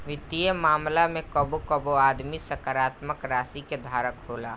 वित्तीय मामला में कबो कबो आदमी सकारात्मक राशि के धारक होला